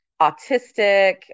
autistic